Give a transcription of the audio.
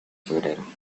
febrero